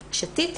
שתית,